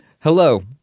Hello